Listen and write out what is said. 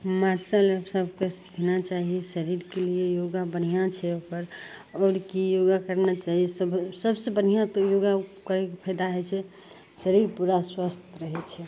martial art सबके सीखना चाही शरीरके लिये योगा बढ़िआँ छै ओकर और की योगा करना चाही सब सबसँ बढ़िआँ तऽ योगा करयके फायदा होइ छै शरीर पूरा स्वस्थ रहय छै